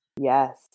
Yes